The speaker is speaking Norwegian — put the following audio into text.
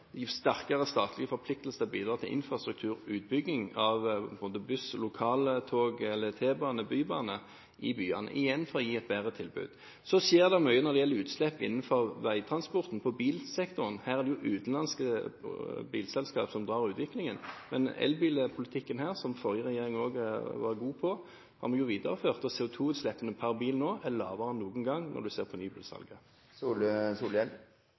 sterkere statlig forpliktelse til å bidra til infrastrukturutbygging – buss, lokaltog eller T-bane, eventuelt bybane, i byene – igjen for å gi et bedre tilbud. Så skjer det mye når det gjelder utslipp fra veitransport i bilsektoren. Det er utenlandske bilselskaper som drar utviklingen, men elbilpolitikken, som forrige regjering også var god på, har vi videreført, og CO2-utslippene per bil er lavere enn noen gang når en ser på nybilsalget.